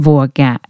Våga